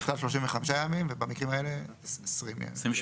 יש לך